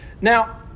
Now